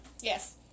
Yes